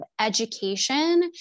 education